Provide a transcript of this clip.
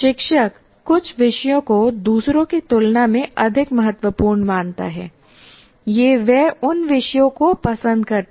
शिक्षक कुछ विषयों को दूसरों की तुलना में अधिक महत्वपूर्ण मानता है या वह उन विषयों को पसंद करता है